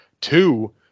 Two